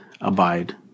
abide